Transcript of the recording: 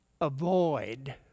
avoid